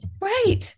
Right